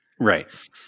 Right